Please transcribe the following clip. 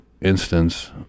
instance